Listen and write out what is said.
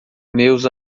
meus